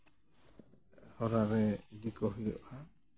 ᱦᱚᱨᱟ ᱨᱮ ᱤᱫᱤ ᱠᱚ ᱦᱩᱭᱩᱜᱼᱟ